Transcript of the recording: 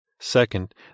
Second